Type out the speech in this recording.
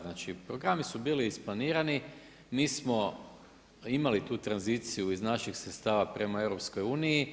Znači, programi su bili isplanirani, mi smo imali tu tranziciju iz naših sredstava prema EU.